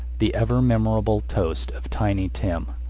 the ever memorable toast of tiny tim,